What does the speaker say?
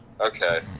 Okay